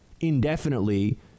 indefinitely